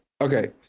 Okay